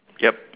yup